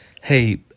hey